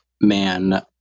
man